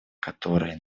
которые